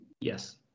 yes